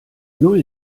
null